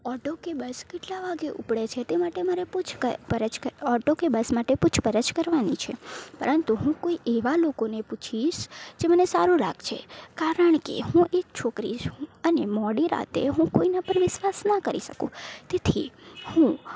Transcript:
auto કે bus કેટલા વાગે ઉપડે છે તે માટે મારે પૂછ ઓટો કે બસ માટે પૂછપરછ કરવાની છે પરંતુ હું કોઈ એવાં લોકોને પૂછીશ જે મને સારું લાગશે કારણ કે હું એક છોકરી છું અને મોડી રાતે હું કોઈના પર વિશ્વાસ ના કરી શકું તેથી હું